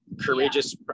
courageous